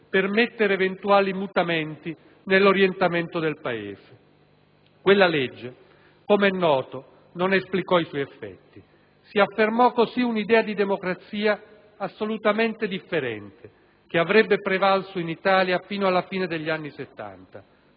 permettere eventuali mutamenti nell'orientamento del Paese». Quella legge, come è noto, non esplicò i suoi effetti. Si affermò così un'idea di democrazia assolutamente differente, che avrebbe prevalso in Italia fino alla fine degli anni Settanta,